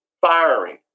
firing